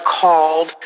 called